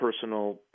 personal